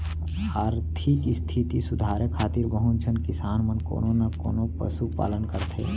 आरथिक इस्थिति सुधारे खातिर बहुत झन किसान मन कोनो न कोनों पसु पालन करथे